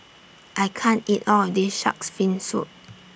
I can't eat All of This Shark's Fin Soup